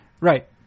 right